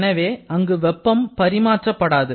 எனவே அங்கு வெப்பம் பரிமாற்றப்படாது